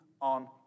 on